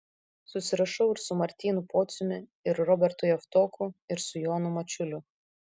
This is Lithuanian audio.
susirašau ir su martynu pociumi ir robertu javtoku ir su jonu mačiuliu